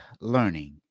learning